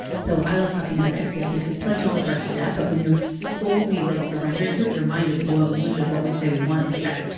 so i love talking about ecstasy because pleasure is the first step but when you're fully like surrendered to it, your mind is blown, which is what we say we want in sex.